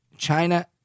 China